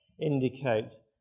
indicates